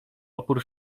opór